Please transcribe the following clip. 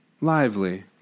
lively